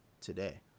today